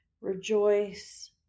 Rejoice